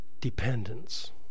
Dependence